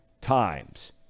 times